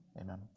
Amen